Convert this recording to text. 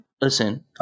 listen